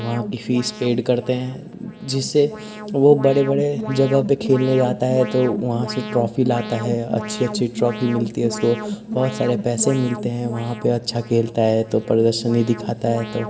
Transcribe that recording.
वहाँ की fees pay करते हैं जिससे वह बड़ी बड़ी जगह पर खेलने जाता है तो वहाँ से ट्रॉफ़ी लाता है अच्छी अच्छी ट्रॉफ़ी मिलती है उसको बहुत सारे पैसे मिलते हैं वहाँ पर अच्छा खेलता है तो प्रदर्शनी दिखाता है तो